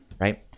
Right